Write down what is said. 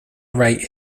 write